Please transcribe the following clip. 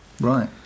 Right